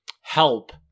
help